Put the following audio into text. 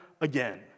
again